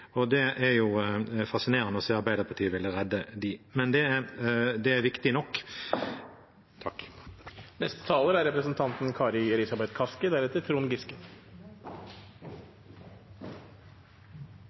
Det er fascinerende å se Arbeiderpartiet ville redde dem. Men det er viktig nok.